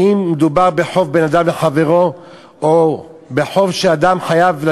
האם מדובר בחוב בין אדם לחברו או בחוב שאדם חייב לשלטונות?